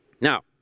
Now